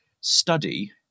study